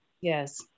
Yes